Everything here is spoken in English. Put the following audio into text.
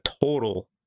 total